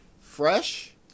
fresh